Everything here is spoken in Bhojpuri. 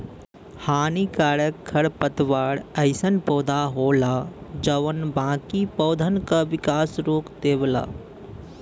हानिकारक खरपतवार अइसन पौधा होला जौन बाकी पौधन क विकास रोक देवला